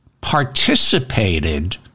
participated